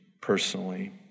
personally